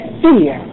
fear